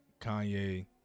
Kanye